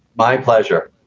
my pleasure.